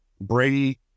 brady